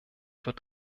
wird